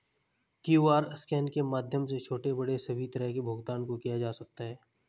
QR scan के माध्यम से छोटे बड़े सभी तरह के भुगतान को किया जा सकता है